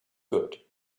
good